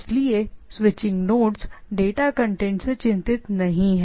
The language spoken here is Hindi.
इसलिए स्विचिंग नोड्स डेटा की कंटेंट से कंसर्न्ड नहीं हैं